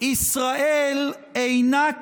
אתה מדבר על דמוקרטיה, אתה?